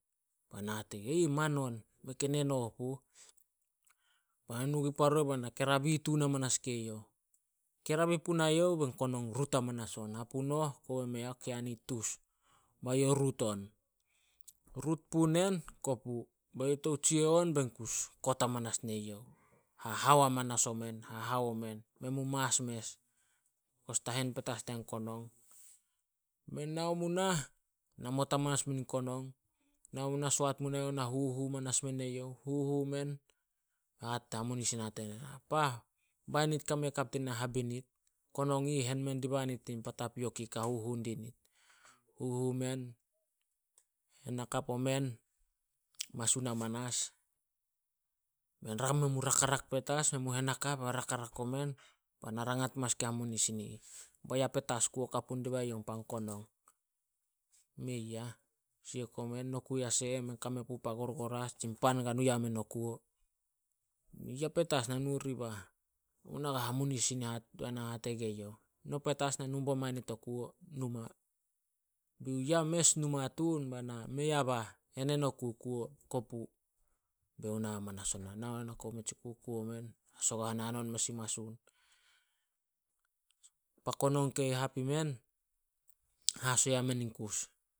Bai na hate gue youh, "Aih, manon, mei ken e noh puh." Bai na nu gun pa roi bai na kerabi tun amanas gue youh. Kerabi punai youh bain konong rut hamanas on hapu noh kobe mei ah keani tus bai youh ruut on. Rut pu nen kopu, bai youh tou tsia on bain kus kot amanas ne youh. Hahou amanas omen, hou omen, men mu mas mes becos te hen petas dai konong. Men nao mu nah, namot amanas muin konong. Nao mu nah soat munai youh na huhu manas men e youh, huhu men, hamunisin hate nena, "Pah! be nit kame hakap dinai habinit. Konong i ih hen mendi ba nit pa tapiok i ih kai huhu dinit." Huhu men, hen hakap o men masun amanas. Men men mu rakak petas, men mu hen hakap be men rarak omen, bai na rangat petas gun hamunisin i ih, "Bai yah petas kuo kapu dibai youh pan konong." Mei yah, siek omen, nokui as eh mei kame puh pan gorgoras, tsipan ka nu yamen o kuo. "Ya petas na nu ribah." Be na hate gue youh, "No petas na nu bo mai nit o kuo numa." Be youh, "Ya mes, numa tun." "Mei a bah, enen oku kuo, kopu." Be youh na manas o nah, na koup me tsi kuo, kuo men. Hasagohan hanon mes in mason. Pa konong kei hap i men haso yamen in kus.